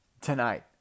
tonight